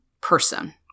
person